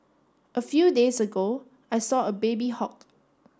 a few days ago I saw a baby hawk